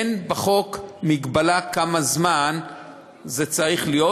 אין בחוק הגבלה כמה זמן זה צריך להיות,